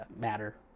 matter